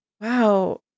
wow